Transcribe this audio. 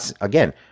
Again